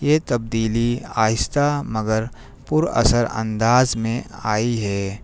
یہ تبدیلی آہستہ مگر پر اثرانداز میں آئی ہے